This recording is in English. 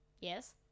yes